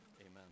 amen